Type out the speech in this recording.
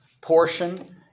portion